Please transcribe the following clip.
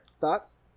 thoughts